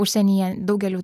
užsienyje daugelių